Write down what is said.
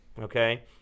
okay